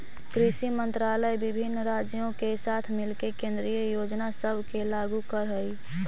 कृषि मंत्रालय विभिन्न राज्यों के साथ मिलके केंद्रीय योजना सब के लागू कर हई